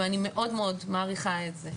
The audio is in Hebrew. ואני מאוד מאוד מעריכה את זה,